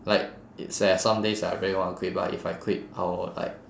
like it there's some days I really want to quit but if I quit I will like